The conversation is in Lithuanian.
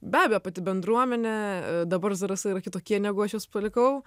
be abejo pati bendruomenė dabar zarasai yra kitokie negu aš juos palikau